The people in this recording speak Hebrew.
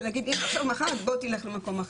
ולהגיד לו ללכת למקום אחר.